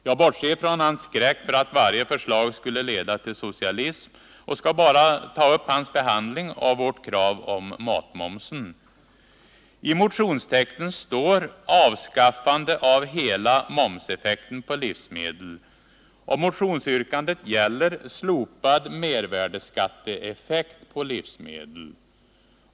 Jag bortser från hans skräck för att varje förslag skulle leda till socialism och skall bara ta upp hans behandling av vårt krav i fråga om matmoms. I motionstexten talar vi om avskaffande av hela momseffekten på livsmedel, och motionsyrkandet gäller slopad mervärdeskatteeffekt på livsmedel.